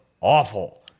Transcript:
awful